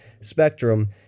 spectrum